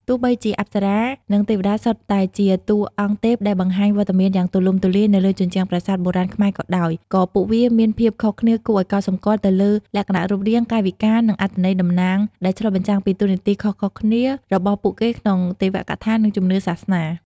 ទោះបីជា អប្សរា និង ទេវតា សុទ្ធតែជាតួអង្គទេពដែលបង្ហាញវត្តមានយ៉ាងទូលំទូលាយនៅលើជញ្ជាំងប្រាសាទបុរាណខ្មែរក៏ដោយ ក៏ពួកវាមានភាពខុសគ្នាគួរឲ្យកត់សម្គាល់ទៅលើលក្ខណៈរូបរាង កាយវិការ និងអត្ថន័យតំណាង ដែលឆ្លុះបញ្ចាំងពីតួនាទីខុសៗគ្នារបស់ពួកគេក្នុងទេវកថា និងជំនឿសាសនា។